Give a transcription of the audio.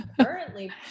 currently